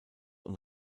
und